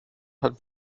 hat